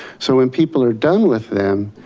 so when people are done with them,